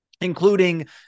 including